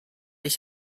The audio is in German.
ich